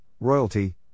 royalty